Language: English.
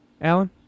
Alan